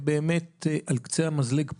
באמת על קצה המזלג,